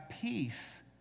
peace